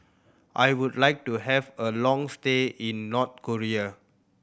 I would like to have a long stay in North Korea